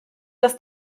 dass